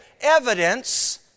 evidence